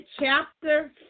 chapter